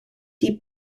die